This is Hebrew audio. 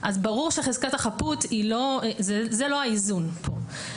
אז ברור שחזקת החפות זה לא האיזון פה.